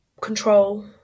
control